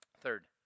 Third